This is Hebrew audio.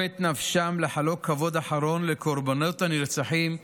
את נפשם לחלוק כבוד אחרון לקורבנות הנרצחים,